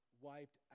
wiped